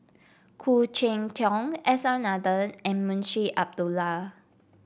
Khoo Cheng Tiong S R Nathan and Munshi Abdullah